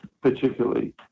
particularly